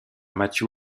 matthew